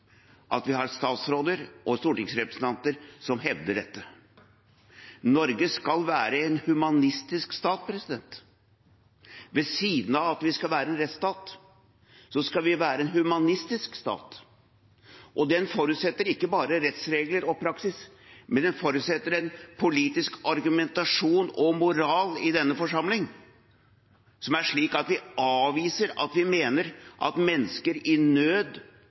at vi har statsråder og stortingsrepresentanter som hevder dette. Norge skal være en humanistisk stat. Ved siden av at vi skal være en rettsstat, skal vi være en humanistisk stat. Og den forutsetter ikke bare rettsregler og -praksis, men den forutsetter en politisk argumentasjon og moral i denne forsamling som er slik at vi avviser at mennesker i nød